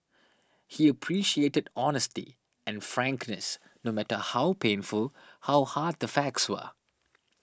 he appreciated honesty and frankness no matter how painful how hard the facts were